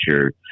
sure